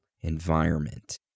environment